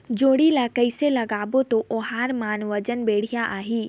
जोणी ला कइसे लगाबो ता ओहार मान वजन बेडिया आही?